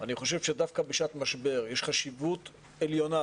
אני חושב שדווקא בשעת משבר יש חשיבות עליונה,